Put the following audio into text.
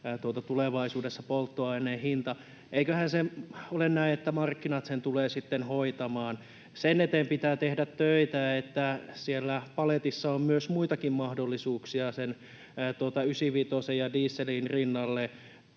tulevaisuudessa polttoaineen hinta on alle kaksi euroa. Eiköhän se ole näin, että markkinat sen tulevat sitten hoitamaan. Sen eteen pitää tehdä töitä, että siellä paletissa on myös muita mahdollisuuksia sen ysivitosen ja dieselin rinnalle.